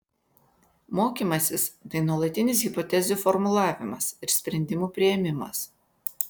mokymasis tai nuolatinis hipotezių formulavimas ir sprendimų priėmimas